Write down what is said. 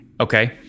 Okay